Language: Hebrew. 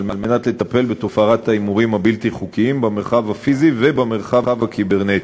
לטפל בתופעת ההימורים הבלתי-חוקיים במרחב הפיזי ובמרחב הקיברנטי.